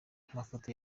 amafoto